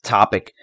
topic